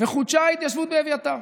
וחודשה ההתיישבות באביתר.